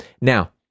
Now